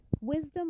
Wisdom